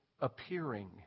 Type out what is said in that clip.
appearing